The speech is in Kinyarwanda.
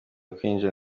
kwinjira